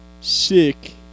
Sick